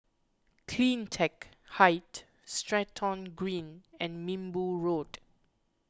CleanTech Height Stratton Green and Minbu Road